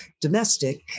domestic